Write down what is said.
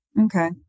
Okay